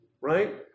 right